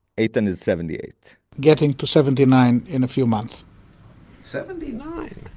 eytan is seventy-eight getting to seventy-nine in a few month seventy-nine?